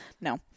No